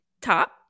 top